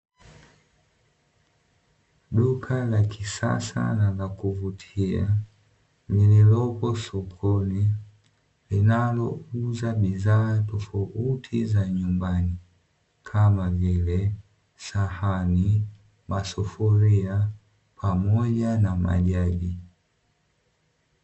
Duka la kisasa na la kuvutia lililopo sokoni linalouza bidhaa tofauti za nyumbani kama vile sahani, masufuria pamoja na majagi.